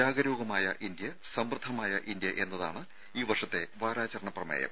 ജാഗരൂകമായ India സമൃദ്ധമായ India എന്നതാണ് ഈ വർഷത്തെ വാരാചരണ പ്രമേയം